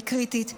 היא קריטית,